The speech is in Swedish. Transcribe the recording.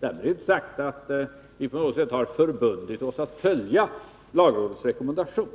Därför är det inte sagt att vi på något sätt har förbundit oss att följa lagrådets rekommendation.